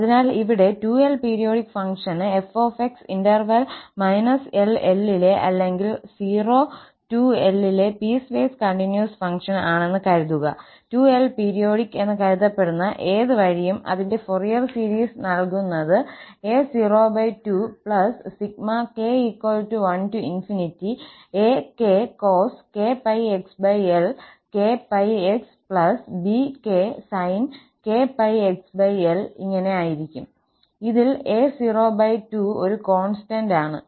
അതിനാൽ ഇവിടെ 2𝑙 periodic function 𝑓𝑥 interval −𝑙𝑙ലെ അല്ലെങ്കിൽ 02𝑙 ലെ പീസ്വേസ് കണ്ടിന്യൂസ് ഫംഗ്ഷൻ ആണെന്ന് കരുതുക 2𝑙 പീരിയോഡിക് എന്ന് കരുതപ്പെടുന്ന ഏത് വഴിയും അതിന്റെ ഫോറിയർ സീരീസ് നൽകുന്നത് 𝑎02k1𝑎k cos𝑘𝜋𝑥l 𝑘𝜋𝑥 𝑏k sin 𝑘𝜋𝑥l ഇങ്ങനെ ആയിരിക്കും ഇതിൽ 𝑎02 ഒരു കോൺസ്റ്റന്റ് ആണ്